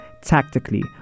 tactically